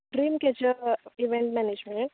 dream catcher event management